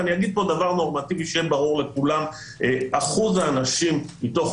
אגיד פה דבר נורמטיבי שיהיה ברור לכולם: אחוז האנשים מתוך